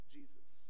Jesus